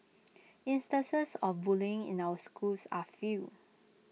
instances of bullying in our schools are few